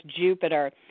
Jupiter